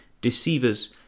deceivers